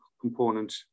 component